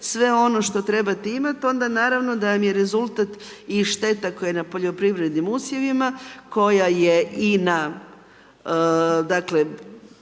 sve ono što trebate imati, onda naravno da vam je rezultat šteta koja je na poljoprivrednim usjevima, koja je i na, dakle,